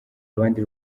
abandi